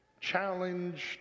Challenged